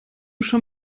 schon